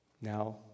Now